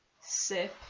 sip